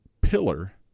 pillar